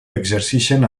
exerceixen